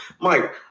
Mike